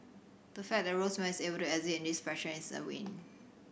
the fact that Rosemary is exit in this fashion is a win